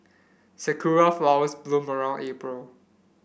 sakura flowers bloom around April